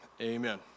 amen